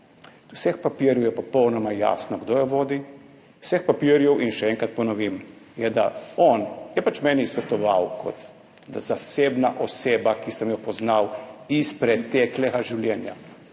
Iz vseh papirjev je popolnoma jasno, kdo jo vodi. Iz vseh papirjev, in še enkrat ponovim, je jasno, da je on pač meni svetoval, kot zasebna oseba, ki sem jo poznal iz preteklega življenja,